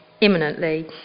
imminently